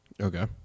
Okay